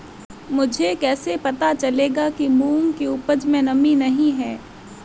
मुझे कैसे पता चलेगा कि मूंग की उपज में नमी नहीं है?